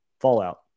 fallout